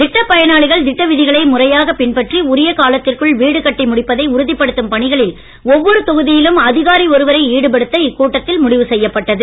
திட்டப் பயனாளிகள் திட்ட விதிகளை முறையாக பின்பற்றி உரிய காலத்திற்குள் வீடு கட்டி முடிப்பதை உறுதிப்படுத்தும் பணிகளில் ஒவ்வொரு தொகுதியிலும் அதிகாரி ஒருவரை ஈடுபடுத்த இக்கூட்டத்தில் முடிவு செய்யப்பட்டது